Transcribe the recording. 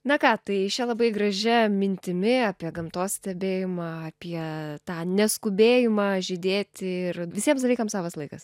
na ką tai šia labai gražia mintimi apie gamtos stebėjimą apie tą neskubėjimą žydėti ir visiems dalykams savas laikas